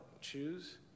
Choose